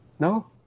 no